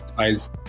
eyes